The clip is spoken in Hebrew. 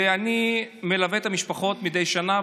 ואני מלווה את המשפחות מדי שנה,